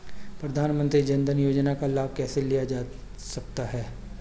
प्रधानमंत्री जनधन योजना का लाभ कैसे लिया जा सकता है?